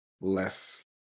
less